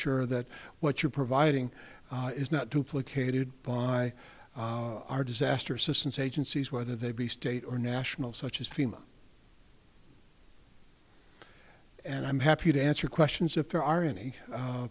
sure that what you're providing is not duplicated by our disaster assistance agencies whether they be state or national such as fema and i'm happy to answer questions if there are any